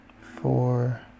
four